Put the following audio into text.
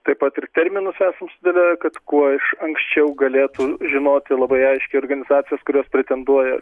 taip pat ir terminus esam sudėlioję kad kuo iš anksčiau galėtų žinoti labai aiški organizacijos kurios pretenduoja